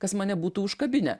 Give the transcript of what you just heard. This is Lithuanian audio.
kas mane būtų užkabinę